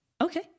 Okay